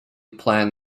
plan